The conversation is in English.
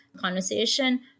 conversation